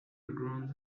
ground